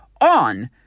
on